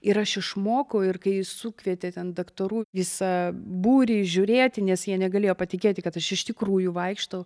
ir aš išmokau ir kai sukvietė ten daktarų visą būrį žiūrėti nes jie negalėjo patikėti kad aš iš tikrųjų vaikštau